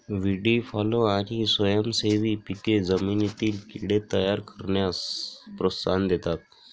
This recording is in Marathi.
व्हीडी फॉलो आणि स्वयंसेवी पिके जमिनीतील कीड़े तयार करण्यास प्रोत्साहन देतात